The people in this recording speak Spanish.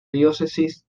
diócesis